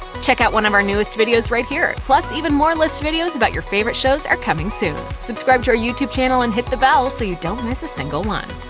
check out one of our newest videos right here! plus, even more list videos about your favorite shows are coming soon. subscribe to our youtube channel, and hit the bell so you don't miss a single one.